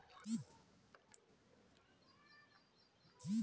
टेपरा ल गाय गरु के घेंच म पहिराय जाथे